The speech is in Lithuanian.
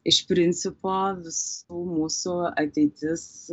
iš principo visų mūsų ateitis